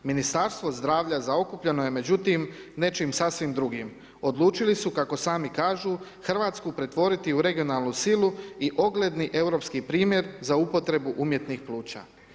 Ministarstvo zdravlja, zaokupljeno je međutim, nečim sasvim drugim, odlučili su kako sami kažu, Hrvatsku pretvoriti u regionalnu silu i ogledni europski primjer, za upotrebu umjetnih pluća.